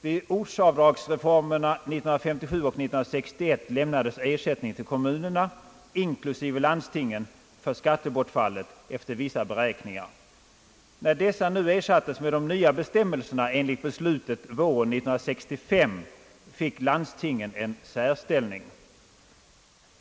Vid ortsavdragsreformerna 1957 och 1961 lämnades ersättning till kommunerna inklusive landstingen för skattebortfallet efter vissa beräkningar. När dessa ersattes med de nya bestämmelserna enligt beslutet våren 1965, fick landstingen en särställning.